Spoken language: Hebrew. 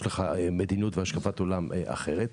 יש לך מדיניות והשקפת עולם אחרת.